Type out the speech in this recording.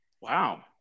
Wow